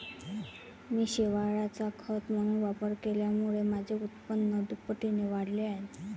मी शेवाळाचा खत म्हणून वापर केल्यामुळे माझे उत्पन्न दुपटीने वाढले आहे